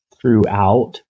throughout